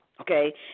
Okay